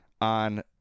on